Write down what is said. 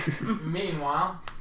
Meanwhile